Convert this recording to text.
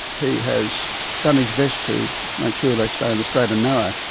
he has done his best to make sure they stay on the straight and narrow.